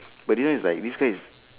but this one is like this guy is